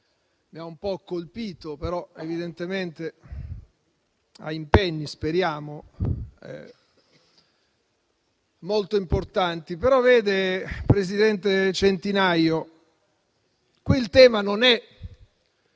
mi ha un po' colpito; evidentemente ha impegni - speriamo - molto importanti. Vede, presidente Centinaio, il tema non è